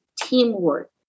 teamwork